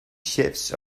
shifts